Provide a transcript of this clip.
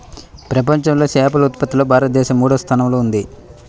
ప్రపంచంలో చేపల ఉత్పత్తిలో భారతదేశం మూడవ స్థానంలో ఉంది